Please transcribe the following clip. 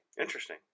Interesting